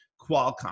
Qualcomm